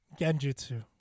Genjutsu